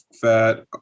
fat